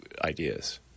ideas